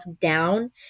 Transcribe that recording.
down